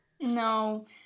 No